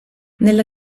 nella